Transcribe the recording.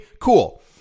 Cool